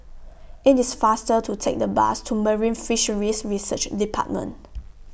IT IS faster to Take The Bus to Marine Fisheries Research department